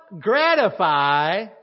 gratify